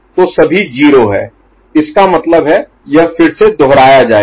तो सभी 0 है इसका मतलब है यह फिर से दोहराया जाएगा